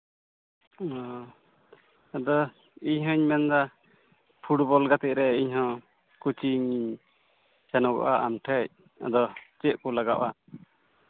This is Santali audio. ᱟᱫᱚ ᱤᱧ ᱦᱚᱸᱧ ᱢᱮᱱᱫᱟ ᱯᱷᱩᱴᱵᱚᱞ ᱜᱟᱛᱮᱜ ᱨᱮ ᱤᱧᱦᱚᱸ ᱠᱳᱪᱤᱝ ᱤᱧ ᱥᱮᱱᱚᱜᱼᱟ ᱟᱢᱴᱷᱮᱡ ᱟᱫᱚ ᱪᱮᱫ ᱠᱚ ᱞᱟᱜᱟᱜᱼᱟ